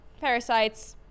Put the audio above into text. parasites